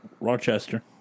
Rochester